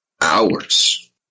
hours